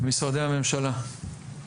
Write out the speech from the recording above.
משרדי הממשלה.